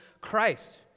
Christ